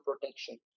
protection